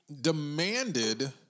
Demanded